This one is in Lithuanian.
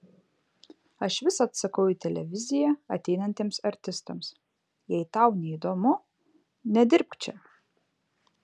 aš visad sakau į televiziją ateinantiems artistams jei tau neįdomu nedirbk čia